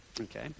okay